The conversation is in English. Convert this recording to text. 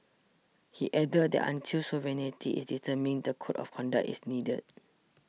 he added that until sovereignty is determined the Code of Conduct is needed